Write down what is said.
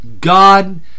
God